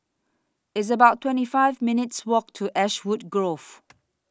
It's about twenty five minutes' Walk to Ashwood Grove